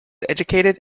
educated